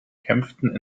kämpften